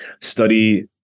study